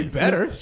better